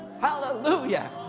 Hallelujah